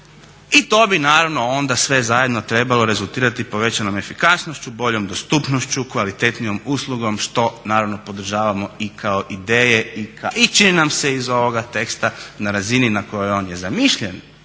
I to bi naravno onda sve zajedno trebalo rezultirati povećanom efikasnošću, boljom dostupnošću, kvalitetnijom uslugom što naravno podržavamo i kao ideje i čini nam se iz ovoga teksta na razini na kojoj on je zamišljen